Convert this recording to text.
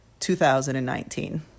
2019